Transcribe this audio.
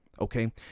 Okay